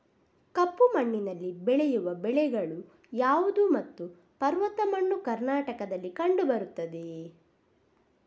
ಕಪ್ಪು ಮಣ್ಣಿನಲ್ಲಿ ಬೆಳೆಯುವ ಬೆಳೆಗಳು ಯಾವುದು ಮತ್ತು ಪರ್ವತ ಮಣ್ಣು ಕರ್ನಾಟಕದಲ್ಲಿ ಕಂಡುಬರುತ್ತದೆಯೇ?